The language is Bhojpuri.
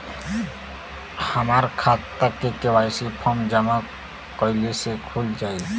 हमार खाता के.वाइ.सी फार्म जमा कइले से खुल जाई?